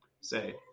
say